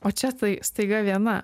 o čia tai staiga viena